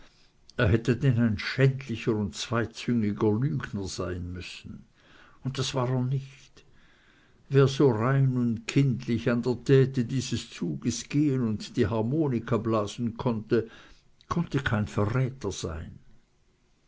er hätte denn ein schändlicher und zweizüngiger lügner sein müssen und das war er nicht wer so rein und kindlich an der tete dieses zuges gehen und die harmonika blasen konnte konnte kein verräter sein